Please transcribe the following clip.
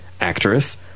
actress